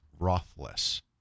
Rothless